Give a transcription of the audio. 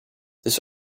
this